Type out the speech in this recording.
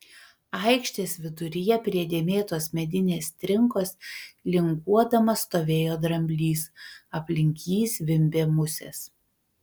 aikštės viduryje prie dėmėtos medinės trinkos linguodamas stovėjo dramblys aplink jį zvimbė musės